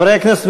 חברי הכנסת,